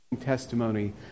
testimony